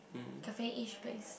cafe-ish place